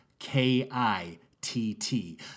K-I-T-T